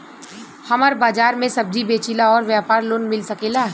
हमर बाजार मे सब्जी बेचिला और व्यापार लोन मिल सकेला?